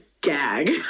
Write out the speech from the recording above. gag